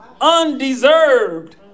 Undeserved